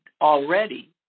already